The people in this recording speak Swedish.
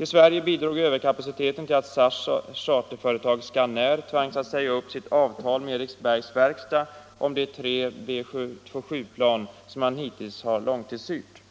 I Sverige bidrog överkapaciteten till att SAS charterföretag Scanair tvangs att säga upp sitt avtal med Eriksbergs verkstad om de tre B 727-plan som man hittills har långtidshyrt.